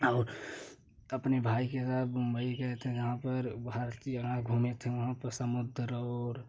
और अपने भाई के साथ मुंबई गए थे वहाँ पर जहाँ पर हर चीज़ आए घूमें थे वहाँ पर समुद्र और